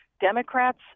Democrats